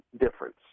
Difference